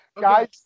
Guys